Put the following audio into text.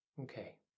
Okay